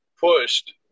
pushed